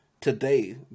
today